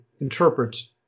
interprets